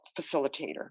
facilitator